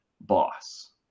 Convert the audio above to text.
boss